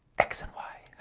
x and y.